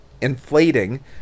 inflating